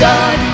God